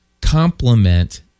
complement